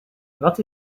wat